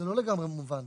זה לא לגמרי מובן.